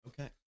Okay